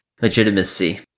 Legitimacy